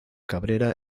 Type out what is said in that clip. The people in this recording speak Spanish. cabrera